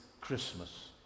Christmas